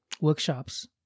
workshops